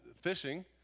fishing